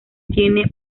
tiene